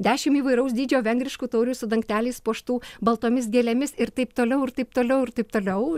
dešim įvairaus dydžio vengriškų taurių su dangteliais puoštų baltomis gėlėmis ir taip toliau ir taip toliau ir taip toliau